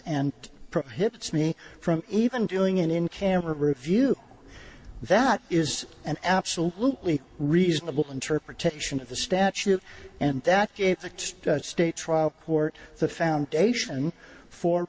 and prohibits me from even doing it in camera review that is an absolutely reasonable interpretation of the statute and that if a state trial court the foundation for